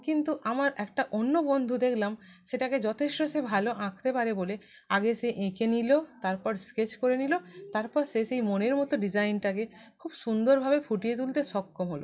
কিন্তু আমার একটা অন্য বন্ধু দেখলাম সেটাকে সে যথেষ্ট সে ভালো আঁকতে পারে বলে আগে সে এঁকে নিল তারপর স্কেচ করে নিল তারপর সে সেই মনের মতো ডিজাইনটাকে খুব সুন্দরভাবে ফুটিয়ে তুলতে সক্ষম হল